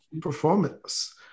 performance